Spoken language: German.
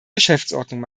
geschäftsordnung